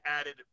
added